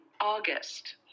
August